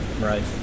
right